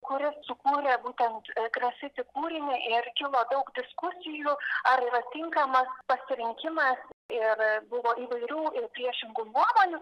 kuris sukūrė būtent grafiti kūrinį ir kilo daug diskusijų ar yra tinkamas pasirinkimas ir buvo įvairių priešingų nuomonių